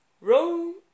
Rome